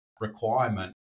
requirement